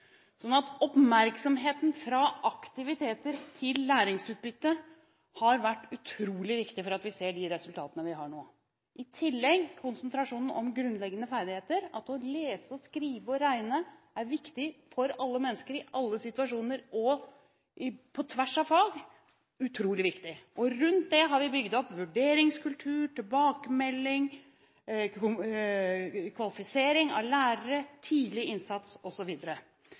Oppmerksomheten fra aktiviteter til læringsutbytte har vært utrolig viktig for de resultatene vi har nå. I tillegg kommer konsentrasjonen om de grunnleggende ferdigheter, at det å kunne lese, skrive og regne er utrolig viktig for alle mennesker i alle situasjoner – på tvers av fag. Rundt dette har vi bygd opp vurderingskultur, tilbakemelding, kvalifisering av lærere, tidlig innsats